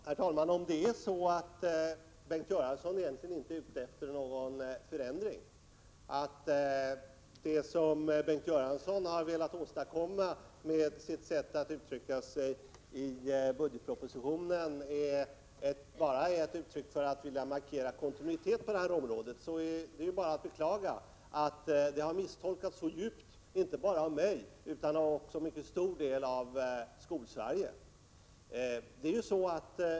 Herr talman! Om nu Bengt Göransson egentligen inte är ute efter någon förändring — alltså om det som Bengt Göransson velat åstadkomma genom sitt sätt att uttrycka sig när det gäller budgetpropositionen bara är ett uttryck för viljan att markera en kontinuitet på detta område — är det bara att beklaga att Bengt Göranssons uttalande har misstolkats så grundligt, och då inte bara av mig utan också av ett mycket stort antal av dem som är aktiva inom Skolsverige.